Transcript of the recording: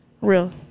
Real